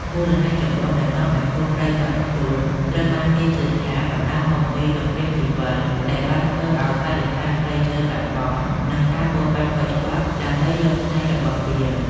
មូលហេតុចម្បងដែលនាំឱ្យគោព្រៃបាត់ខ្លួនត្រូវបានគេជឿថាបណ្តាលមកពី សង្គ្រាមស៊ីវិល ដែលបានធ្វើឱ្យបរិស្ថានព្រៃឈើបាត់បង់ និងការបរបាញ់ខុសច្បាប់ដើម្បីយកស្នែងរបស់វា។